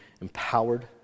empowered